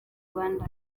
rwanda